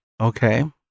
okay